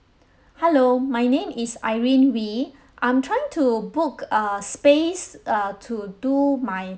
hello my name is irene wee I'm trying to book a space uh to do my